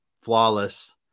flawless